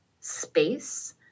space